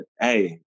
hey